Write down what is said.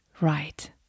right